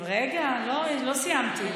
אבל רגע, לא סיימתי,